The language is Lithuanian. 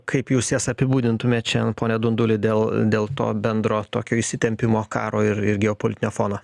kaip jūs jas apibūdintumėt šiadien pone dunduli dėl dėl to bendro tokio įsitempimo karo ir ir geopolitinio fono